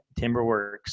Timberworks